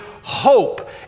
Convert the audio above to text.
hope